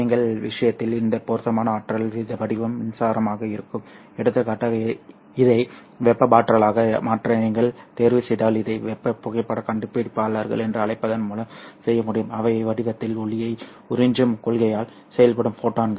எங்கள் விஷயத்தில் இந்த பொருத்தமான ஆற்றல் வடிவம் மின்சாரமாக இருக்கும் எடுத்துக்காட்டாக இதை வெப்ப ஆற்றலாக மாற்ற நீங்கள் தேர்வுசெய்தால் இதை வெப்ப புகைப்படக் கண்டுபிடிப்பாளர்கள் என்று அழைப்பதன் மூலம் செய்ய முடியும் அவை வடிவத்தில் ஒளியை உறிஞ்சும் கொள்கையால் செயல்படும் ஃபோட்டான்கள்